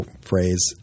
phrase